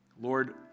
Lord